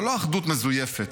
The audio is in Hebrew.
אבל לא אחדות מזויפת,